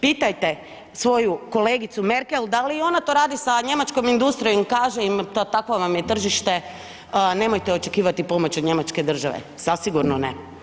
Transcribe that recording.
Pitajte svoju kolegicu Merkel da li je ona to radi sa njemačkom industrijom i kaže takvo vam je tržište, nemojte očekivati pomoć od njemačke države, zasigurno ne.